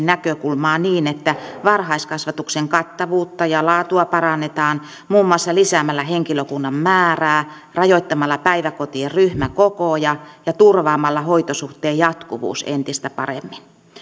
näkökulmaa niin että varhaiskasvatuksen kattavuutta ja laatua parannetaan muun muassa lisäämällä henkilökunnan määrää rajoittamalla päiväkotien ryhmäkokoja ja turvaamalla hoitosuhteen jatkuvuus entistä paremmin